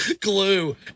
glue